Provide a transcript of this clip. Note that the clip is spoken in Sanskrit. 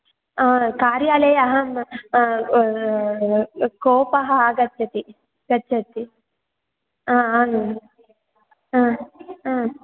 हा कार्यालये अहं तत् कोपः आगच्छति गच्छति आम्